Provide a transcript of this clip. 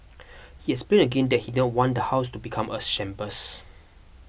he explained again that he don't want the house to become a shambles